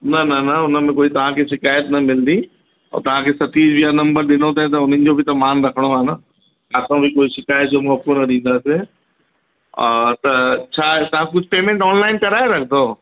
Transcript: न न न हुन में कोई तव्हां खे शिकायत न मिलंदी और तव्हां खे सतीश भैया नम्बर ॾिनो अथई त हुननि जो बि त मान रखिणो आहे न किथां बि कोई शिकायत जो मौक़ो न ॾींदासीं हा त छा तव्हां कुझु पेमेंट ऑनलाइन कराए रखंदव